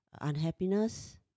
unhappiness